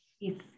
yes